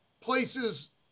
places